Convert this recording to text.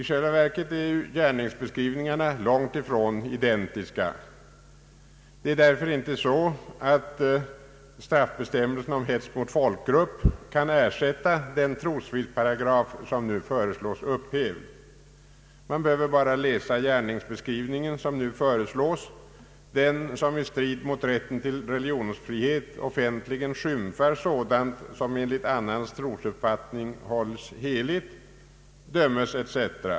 I själva verket är gärningsbeskrivningarna långt ifrån identiska. Det är därför inte så att straffbestämmelserna om hets mot folkgrupp kan ersätta trosfridsparagrafen som nu föreslås upphävd. Man behöver bara läsa den gärningsbeskrivning som föreslås: ”Den som i strid mot rätten till religionsfrihet offentligen skymfar sådant som enligt annans trosuppfattning hålles heligt, dömes” etc.